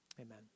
amen